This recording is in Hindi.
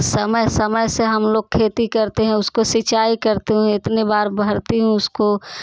समय समय से हम लोग खेती करते हैं उसको सिंचाई करते हुए इतनी बार भर्ती हूँ उसको